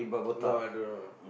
no I don't know